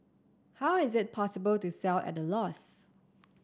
how is it possible to sell at a loss